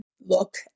look